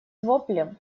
воплем